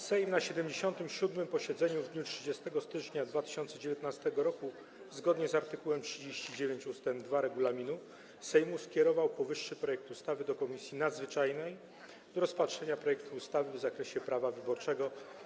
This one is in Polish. Sejm na 77. posiedzeniu w dniu 30 stycznia 2019 r., zgodnie z art. 39 ust. 2 regulaminu Sejmu, skierował powyższy projekt ustawy do Komisji Nadzwyczajnej celem rozpatrzenia, projekt ustawy w zakresie prawa wyborczego.